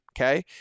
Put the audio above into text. Okay